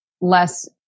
less